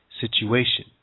situation